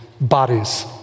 Bodies